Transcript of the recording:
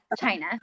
china